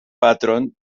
patron